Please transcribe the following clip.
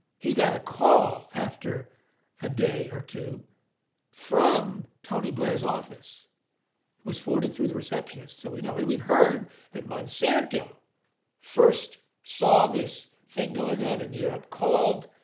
he got a call after a day or two from tony blair's office was forwarded through the receptionist. so we know and we've heard that monsanto first saw this thing going on in europe called